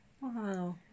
Wow